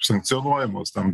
sankcionuojamos tam